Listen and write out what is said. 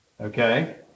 okay